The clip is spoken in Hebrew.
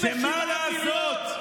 ומה לעשות,